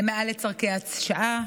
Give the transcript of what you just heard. זה מעל צורכי השעה,